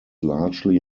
largely